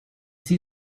see